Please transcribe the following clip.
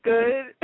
Good